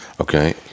okay